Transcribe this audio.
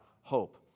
hope